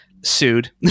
sued